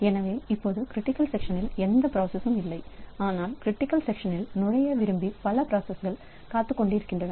எனவே இப்போது க்ரிட்டிக்கல் செக்ஷனில் எந்த பிராசஸ்சும் இல்லை ஆனால் க்ரிட்டிக்கல் செக்ஷனில் நுழைய விரும்பி பல ப்ராசஸ்கள்காத்துக் கொண்டிருக்கின்றன